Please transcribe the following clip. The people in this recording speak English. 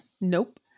Nope